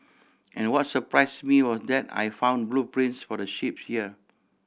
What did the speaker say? and what surprised me was that I found blueprints for the ship here